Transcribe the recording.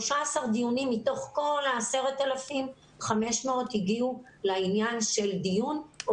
13 דיונים מתוך כל ה-10,500 הגיעו לעניין של דיון או